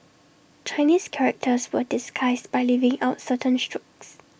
Chinese characters were disguised by leaving out certain strokes